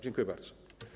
Dziękuję bardzo.